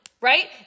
right